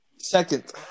second